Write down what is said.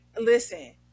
listen